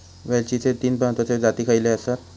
वेलचीचे तीन महत्वाचे जाती खयचे आसत?